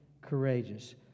courageous